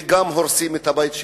וגם הורסים את הבית שלהם.